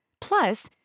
Plus